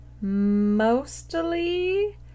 mostly